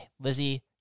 Lizzie